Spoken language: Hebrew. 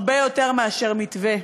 הרבה יותר מאשר מתווה,